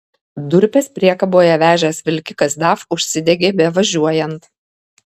durpes priekaboje vežęs vilkikas daf užsidegė bevažiuojant